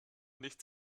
nichts